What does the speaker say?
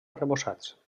arrebossats